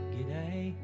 G'day